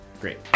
Great